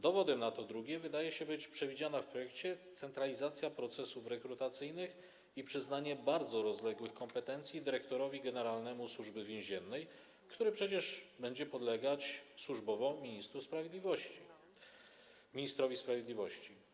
Dowodem na to drugie jest, wydaje się, przewidziana w projekcie centralizacja procesów rekrutacyjnych i przyznanie bardzo rozległych kompetencji dyrektorowi generalnemu Służby Więziennej, który przecież będzie podlegać służbowo ministrowi sprawiedliwości.